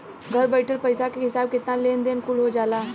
घर बइठल पईसा के हिसाब किताब, लेन देन कुल हो जाला